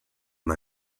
thy